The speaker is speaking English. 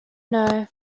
know